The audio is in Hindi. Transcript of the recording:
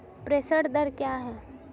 प्रेषण दर क्या है?